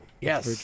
Yes